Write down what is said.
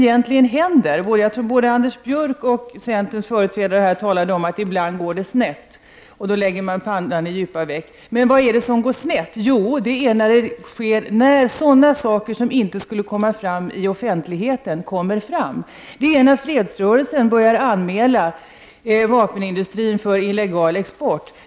Jag tror att både Anders Björck och centerns företrädare talade om att det ibland går snett. Man lägger då pannan i djupa veck och frågar: Vad är det som går snett? Jo, det är vid tillfällen då sådana saker som inte skulle komma fram i offentligheten ändå kommer fram. Det är när fredsrörelsen börjar anmäla vapenindustrin för illegal export.